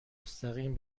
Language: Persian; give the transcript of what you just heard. مستقیم